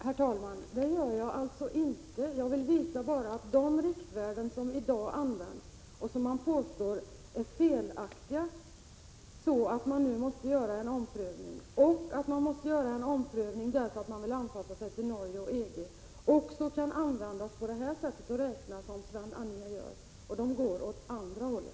Herr talman! Nej, herr talman, det gör jag inte. Jag vill bara visa att de riktvärden som i dag används, och som man påstår är felaktiga och vill ompröva för att anpassa sig till Norge och EG, också kan användas på det sätt som Sven Anér använder dem. Då blir resultatet ett annat.